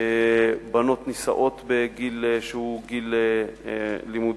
בנות נישאות בגיל שהוא גיל לימודים,